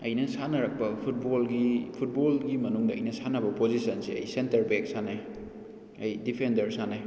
ꯑꯩꯅ ꯁꯥꯟꯅꯔꯛꯄ ꯐꯨꯠꯕꯣꯜꯒꯤ ꯐꯨꯠꯕꯣꯜꯒꯤ ꯃꯅꯨꯡꯗ ꯑꯩꯅ ꯁꯥꯟꯅꯕ ꯄꯣꯖꯤꯁꯟꯁꯦ ꯑꯩ ꯁꯦꯟꯇꯔ ꯕꯦꯛ ꯁꯥꯟꯅꯩ ꯑꯩ ꯗꯤꯐꯦꯟꯗꯔ ꯁꯥꯟꯅꯩ